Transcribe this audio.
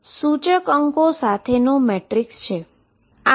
આ m અને l સૂચકાંકો સાથેનો મેટ્રિક્સ એલીમેન્ટ છે